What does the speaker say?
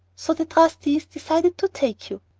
so the trustees decided to take you.